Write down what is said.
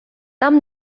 там